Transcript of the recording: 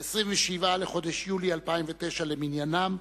27 בחודש יולי 2009 למניינם.